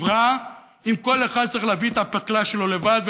חברה בכלל אם כל אחד צריך להביא את הפקלאה שלו לבד,